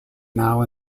now